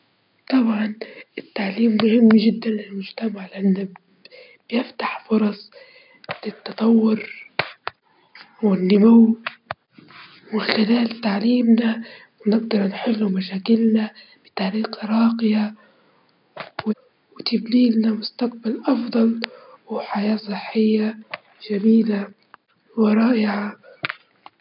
بصراحة بيكون عدم حضورهم لزفافي بيكون شعور صعب لإن هذا بيدل على عدم تقدير الناس ليا وخصوصًا لما يكونوا جريبين، أما الجنازة فهذا شئ خارج عن إرادتك.